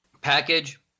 package